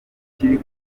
kiri